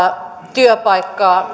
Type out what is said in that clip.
työpaikkaa